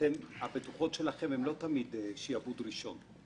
הבטוחות שלכם הם לא תמיד שעבוד ראשון.